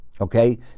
okay